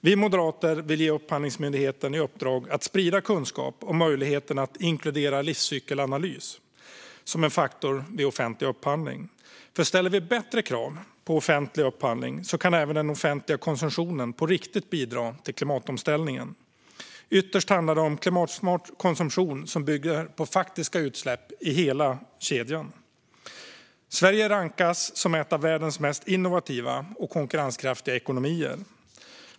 Vi moderater vill ge Upphandlingsmyndigheten i uppdrag att sprida kunskap om möjligheten att inkludera livscykelanalys som en faktor vid offentlig upphandling. Ställer vi bättre krav vid offentlig upphandling kan även den offentliga konsumtionen på riktigt bidra till klimatomställningen. Ytterst handlar det om klimatsmart konsumtion som bygger på faktiska utsläpp i hela kedjan. Sverige rankas som en av världens mest innovativa och konkurrenskraftiga ekonomier.